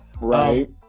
Right